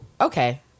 okay